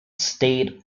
state